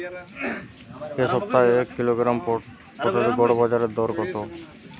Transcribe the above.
এ সপ্তাহের এক কিলোগ্রাম পটলের গড় বাজারে দর কত?